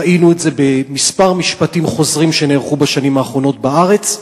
ראינו את זה בכמה משפטים חוזרים שנערכו בשנים האחרונות בארץ.